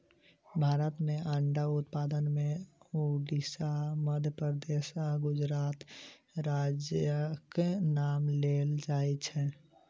भारत मे अंडा उत्पादन मे उड़िसा, मध्य प्रदेश आ गुजरात राज्यक नाम लेल जाइत छै